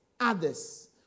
others